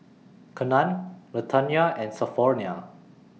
Kenan Latanya and Sophronia